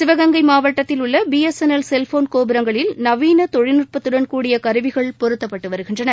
சிவகங்கை மாவட்டத்தில் உள்ள BSNL cellphone கோபுரங்களில் நவீன தொழில்நட்பத்துடன் கூடிய கருவிகள் பொருத்தப்பட்டு வருகின்றன